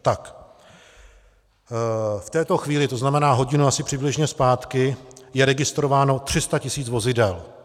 V této chvíli, to znamená asi hodinu přibližně zpátky, je registrováno 300 tisíc vozidel.